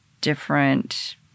different